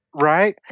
Right